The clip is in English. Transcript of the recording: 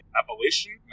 Appalachian